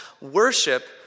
worship